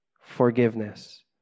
forgiveness